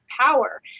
power